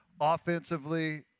Offensively